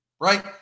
Right